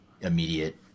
immediate